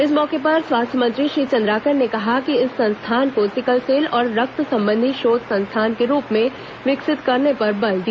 इस मौके पर स्वास्थ्य मंत्री श्री चन्द्राकर ने कहा कि इस संस्थान को सिकलसेल और रक्त संबंधी शोध संस्थान के रूप में विकसित करने पर बल दिया